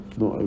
no